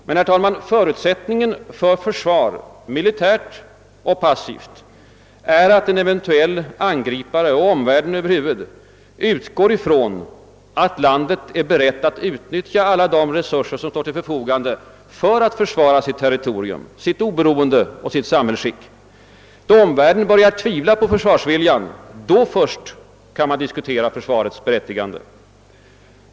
Men, herr talman, förutsättningen för försvar, militärt eller passivt, är att en eventuell angripare och omvärlden över huvud utgår ifrån att landet är berett att utnyttja de resurser som står till förfogande för att försvara sitt territorium, sitt oberoende och sitt samhälls skick. Då omvärlden börjar tvivla på försvarsviljan, då först kan man diskutera försvarets berättigande.